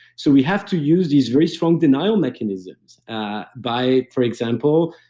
so, we have to use these very strong denial mechanisms by, for example,